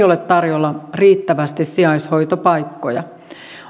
ole tarjolla riittävästi sijaishoitopaikkoja